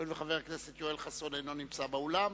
הואיל וחבר הכנסת יואל חסון אינו נמצא באולם,